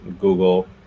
Google